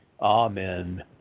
Amen